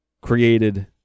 created